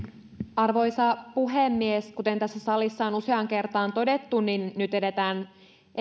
arvoisa puhemies kuten tässä salissa on useaan kertaan todettu nyt eletään